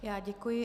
Já děkuji.